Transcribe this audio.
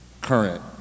current